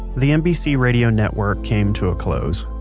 the nbc radio network came to a close,